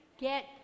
get